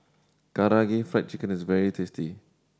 Karaage Fried Chicken is very tasty